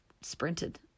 sprinted